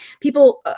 people